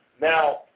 Now